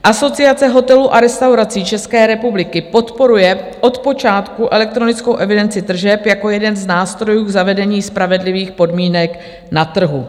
Asociace hotelů a restaurací České republiky podporuje od počátku elektronickou evidenci tržeb jako jeden z nástrojů zavedení spravedlivých podmínek na trhu.